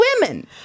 women